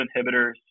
inhibitors